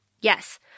yes